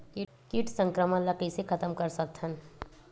कीट संक्रमण ला कइसे खतम कर सकथन?